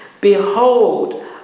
behold